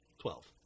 Twelve